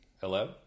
Hello